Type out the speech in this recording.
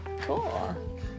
cool